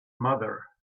mother